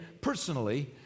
personally